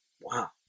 Wow